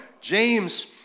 James